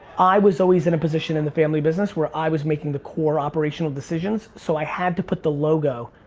i was always in a position in the family business where i was making the core operational decisions, so i had to put the logo